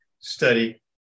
study